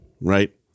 Right